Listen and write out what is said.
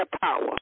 power